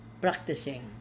practicing